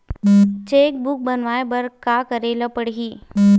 Cheque book बनवाय बर का करे ल पड़हि?